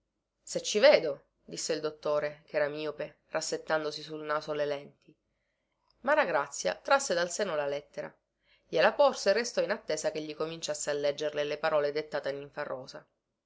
se ci vedo disse il dottore chera miope rassettandosi sul naso le lenti maragrazia trasse dal seno la lettera gliela porse e restò in attesa chegli cominciasse a leggerle le parole dettate